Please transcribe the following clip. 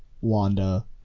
Wanda